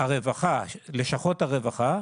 לשכות הרווחה,